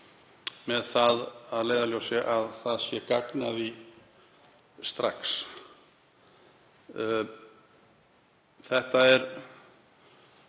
með það að leiðarljósi að það sé gagn að því strax. Þetta er